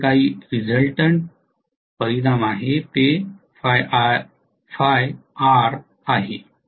आता जे काही परिणाम आहे ते Φr आहे